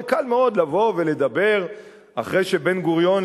קל מאוד לבוא ולדבר אחרי שבן-גוריון,